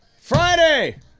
Friday